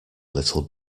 little